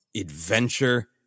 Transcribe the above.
adventure